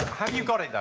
have you got it though?